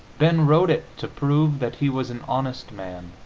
ben wrote it to prove that he was an honest man,